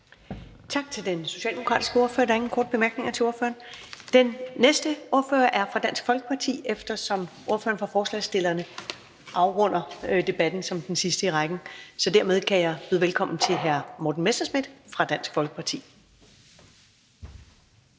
Tak til den socialdemokratiske ordfører. Der er ingen korte bemærkninger til ordføreren. Den næste ordfører er fra Dansk Folkeparti, eftersom ordføreren for forslagsstillerne afrunder debatten som den sidste i rækken. Så dermed kan jeg byde velkommen til hr. Morten Messerschmidt. Kl.